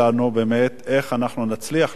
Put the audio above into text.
איך אנחנו נצליח לנצל את הכוח.